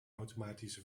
automatische